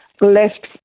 left